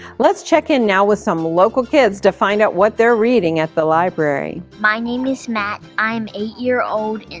let's check in now with some local kids to find out what they're reading at the library my name is matt. i am eight years old.